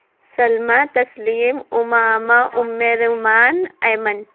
Salma Tasleem Umama Umm Rumaan Aiman